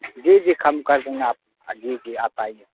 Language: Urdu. جی جی کم کر دیں گے آپ جی جی آپ آئیے